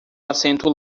assento